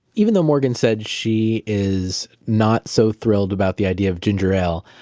even though morgan said she is not so thrilled about the idea of ginger ale,